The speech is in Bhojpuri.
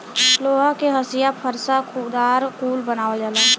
लोहा के हंसिआ फर्सा कुदार कुल बनावल जाला